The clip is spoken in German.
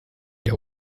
der